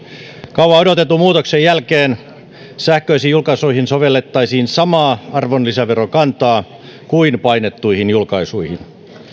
kauan odotetun muutoksen jälkeen sähköisiin julkaisuihin sovellettaisiin samaa arvonlisäverokantaa kuin painettuihin julkaisuihin